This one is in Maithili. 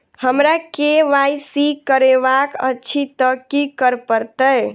हमरा केँ वाई सी करेवाक अछि तऽ की करऽ पड़तै?